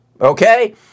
okay